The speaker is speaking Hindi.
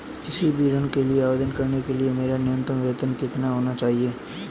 किसी भी ऋण के आवेदन करने के लिए मेरा न्यूनतम वेतन कितना होना चाहिए?